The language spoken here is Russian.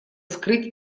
скрыть